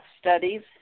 Studies